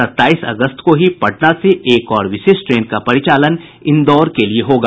सत्ताईस अगस्त को ही पटना से इंदौर एक और विशेष ट्रेन का परिचालन इंदौर के लिये होगा